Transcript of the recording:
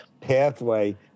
pathway